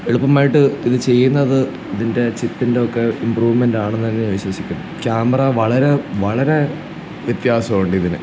എളുപ്പമായിട്ട് ഇത് ചെയ്യുന്നത് ഇതിൻ്റെ ചിപ്പിൻറ്റൊക്കെ ഇമ്പ്രൂവ്മെൻറ്റാണെന്നു തന്നെയാണ് വിശ്വസിക്കുന്നത് കേമറ വളരെ വളരെ വ്യത്യാസമുണ്ടതിന്